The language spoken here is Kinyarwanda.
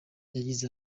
yagize